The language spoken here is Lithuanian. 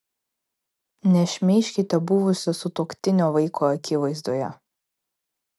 nešmeižkite buvusio sutuoktinio vaiko akivaizdoje